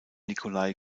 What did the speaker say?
nikolai